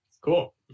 Cool